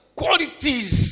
qualities